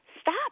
stop